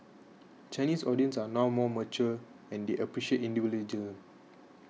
Chinese audience are now more mature and they appreciate individual